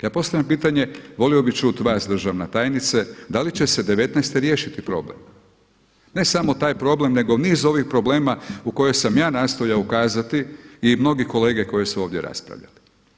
Ja postavljam pitanje, volio bih čuti vas državna tajnice, da li će se devetnaeste riješiti problem, ne samo taj problem nego niz ovih problema u kojoj sam ja nastojao ukazati i mnogi kolege koji su ovdje raspravljali.